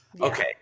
Okay